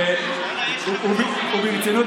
וברצינות,